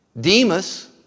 Demas